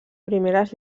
primeres